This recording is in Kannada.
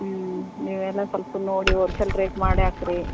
ಹ್ಞೂ ನೀವು ಎಲ್ಲ ಸ್ವಲ್ಪ ನೋಡಿ ಹೋಲ್ಸೇಲ್ ರೇಟ್ ಮಾಡಿ ಹಾಕಿರಿ